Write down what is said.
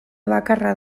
bakarra